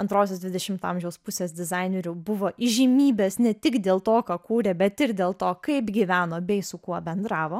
antrosios dvidešimto amžiaus pusės dizainerių buvo įžymybės ne tik dėl to ką kūrė bet ir dėl to kaip gyveno bei su kuo bendravo